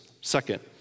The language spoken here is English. Second